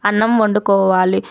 అన్నం వండుకోవాలి